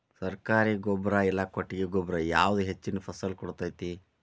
ಸರ್ಕಾರಿ ಗೊಬ್ಬರ ಇಲ್ಲಾ ಕೊಟ್ಟಿಗೆ ಗೊಬ್ಬರ ಯಾವುದು ಹೆಚ್ಚಿನ ಫಸಲ್ ಕೊಡತೈತಿ?